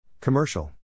Commercial